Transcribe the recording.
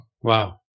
Wow